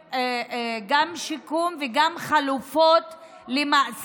גם של שיקום וגם של חלופות למאסר,